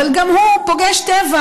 אבל גם הוא פוגש טבע,